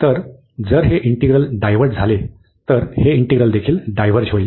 तर जर हे इंटरव्हल डायव्हर्ज झाले तर हे इंटिग्रलदेखील डायव्हर्ज होईल